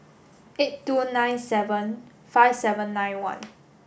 eight two nine seven five seven nine one